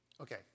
Okay